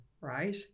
right